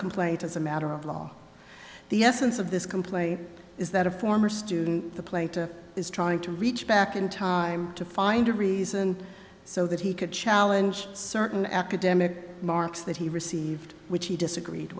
complaint as a matter of law the essence of this complaint is that a former student the plaintiff is trying to reach back in time to find a reason so that he could challenge certain academic marks that he received which he disagreed